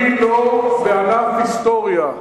אני לא בענף היסטוריה.